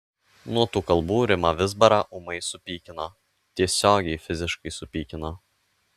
nuo tų kalbų rimą vizbarą ūmai supykino tiesiogiai fiziškai supykino